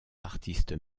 artistes